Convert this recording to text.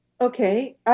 okay